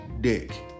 dick